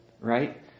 right